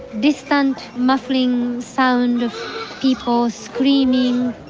distant muffling sound of people screaming.